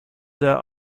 there